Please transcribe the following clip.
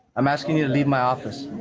i'm asking you to leave my office.